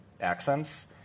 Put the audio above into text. accents